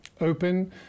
open